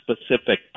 specific